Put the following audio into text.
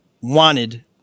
wanted